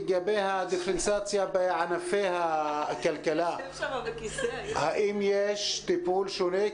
לגבי הדיפרנציאציה בענפי הכלכלה האם יש טיפול שונה?